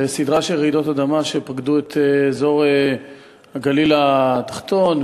לסדרה של רעידות אדמה שפקדו את אזור הגליל התחתון,